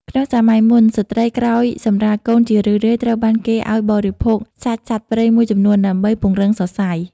ក្នុងសម័យមុន ស្ត្រីក្រោយសម្រាលកូនជារឿយៗត្រូវបានគេឱ្យបរិភោគសាច់សត្វព្រៃមួយចំនួនដើម្បី "ពង្រឹងសរសៃ"។